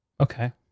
Okay